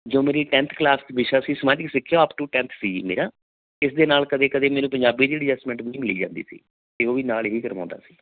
ਜੋ ਮੇਰੀ tenth class ਵਿਸ਼ਾ ਸੀ ਸਮਾਜਿਕ ਸਿੱਖਿਆ ਅੱਪ ਟੂ ਟੈਂਥ ਸੀ ਜੀ ਮੇਰਾ ਇਸ ਦੇ ਨਾਲ ਕਦੇ ਕਦੇ ਮੈਨੂੰ ਪੰਜਾਬੀ ਜਿਹੜੀ ਅਜਸਟਮੈਂਟ ਵੀ ਮਿਲੀ ਜਾਂਦੀ ਸੀ ਅਤੇ ਨਾਲ ਹੀ ਕਰਵਾਉਂਦਾ ਸੀ